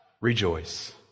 rejoice